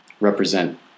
represent